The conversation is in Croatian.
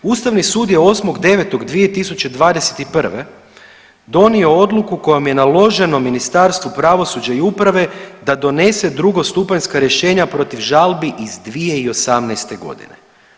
Ustavni sud je 8.9.2021. donio odluku kojom je naloženo Ministarstvu pravosuđa i uprave da donese drugostupanjska rješenja protiv žalbi iz 2018. godine.